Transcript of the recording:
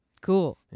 Cool